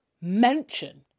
mention